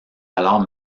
alors